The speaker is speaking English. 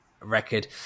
record